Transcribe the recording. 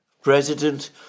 president